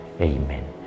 Amen